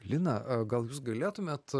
lina gal jūs galėtumėt